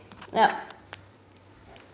yup